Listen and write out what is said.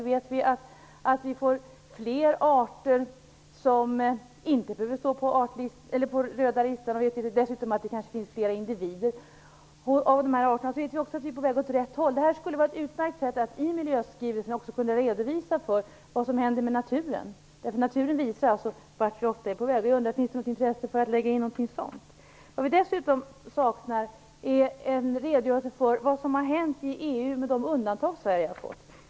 Vet vi att vi får fler arter som inte behöver stå på röda listan och vet vi dessutom att det kanske finns fler individer av de här arterna, vet vi också att vi är på väg åt rätt håll. Det här skulle vara ett utmärkt sätt att i miljöskrivelsen också kunna redovisa vad som händer med naturen. Naturen visar ofta vart vi är på väg. Jag undrar: Finns det något intresse för att lägga in något sådant? Vad vi dessutom saknar är en redogörelse för vad som har hänt i EU med de undantag Sverige har fått.